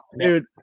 dude